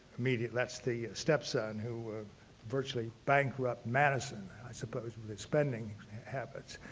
immediate that's the stepson who virtually bankrupted madison i suppose with his spending habits.